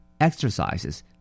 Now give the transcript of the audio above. exercises